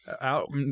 Out